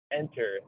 enter